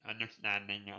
understanding